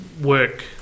work